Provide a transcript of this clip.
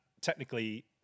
technically